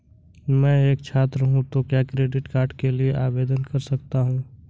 मैं एक छात्र हूँ तो क्या क्रेडिट कार्ड के लिए आवेदन कर सकता हूँ?